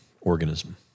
organism